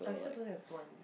but it still don't have one